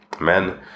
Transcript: men